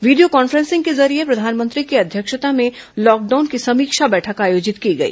video conference के जरिये प्रधानमंत्री की अध्यक्षता में लॉकडाउन की समीक्षा बैठक आयोजित की गई